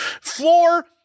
floor